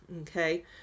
okay